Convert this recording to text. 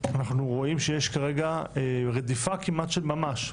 אנחנו רואים שיש כרגע רדיפה כמעט של ממש,